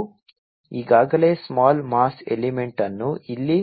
ನಾವು ಈಗಾಗಲೇ small mass element ಅನ್ನು ಇಲ್ಲಿ